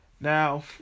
Now